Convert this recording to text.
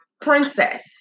princess